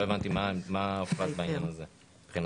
לא הבנתי מה הוחלט בעניין הזה מבחינתכם.